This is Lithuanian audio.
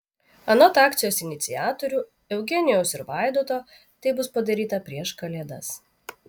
anot akcijos iniciatorių eugenijaus ir vaidoto tai bus padaryta prieš kalėdas